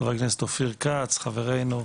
חבר הכנסת אופיר כץ, חברינו,